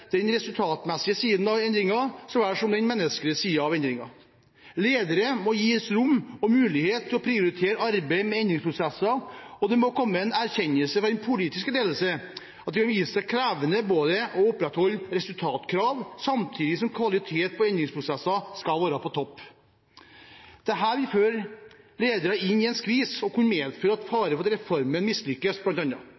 den resultatmessige siden av endringene så vel som den menneskelige siden av endringene. Ledere må gis rom og mulighet til å prioritere arbeid med endringsprosesser, og det må komme en erkjennelse fra den politiske ledelsen av at det kan vise seg krevende å opprettholde resultatkravene samtidig som kvaliteten på endringsprosessene skal være på topp. Dette vil føre ledere inn i en skvis og bl.a. kunne medføre en fare for at reformen mislykkes.